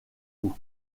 cou